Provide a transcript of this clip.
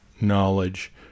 knowledge